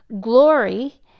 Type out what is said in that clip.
glory